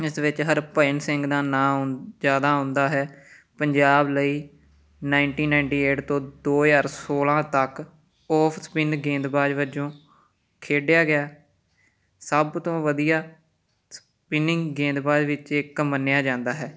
ਇਸ ਵਿੱਚ ਹਰਭਜਨ ਸਿੰਘ ਦਾ ਨਾਂ ਆਉਂ ਜ਼ਿਆਦਾ ਆਉਂਦਾ ਹੈ ਪੰਜਾਬ ਲਈ ਨਾਈਟੀਨ ਨਾਈਨਟੀ ਏਟ ਤੋਂ ਦੋ ਹਜ਼ਾਰ ਸੌਲ੍ਹਾਂ ਤੱਕ ਔਫ਼ ਸਪਿੰਨ ਗੇਂਦਬਾਜ਼ ਵਜੋਂ ਖੇਡਿਆ ਗਿਆ ਸਭ ਤੋਂ ਵਧੀਆ ਸਪਿਨਿੰਗ ਗੇਂਦਬਾਜ਼ ਵਿੱਚ ਇੱਕ ਮੰਨਿਆ ਜਾਂਦਾ ਹੈ